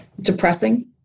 depressing